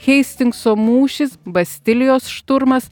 heistingso mūšis bastilijos šturmas